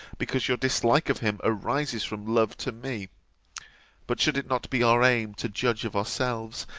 because your dislike of him arises from love to me but should it not be our aim to judge of ourselves,